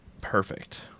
Perfect